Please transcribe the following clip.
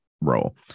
role